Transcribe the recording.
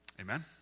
Amen